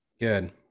Good